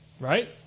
right